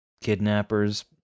kidnappers